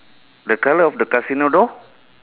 the colour of the casino door